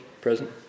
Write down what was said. Present